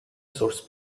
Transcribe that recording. source